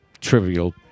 trivial